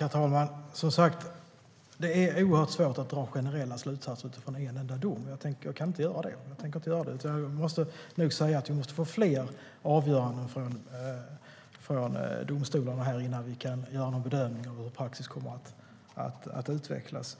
Herr talman! Det är oerhört svårt att dra generella slutsatser utifrån en enda dom. Jag tänker inte göra det. Jag måste nog säga att vi måste få fler avgöranden från domstolarna innan vi kan göra någon bedömning av hur praxis kommer att utvecklas.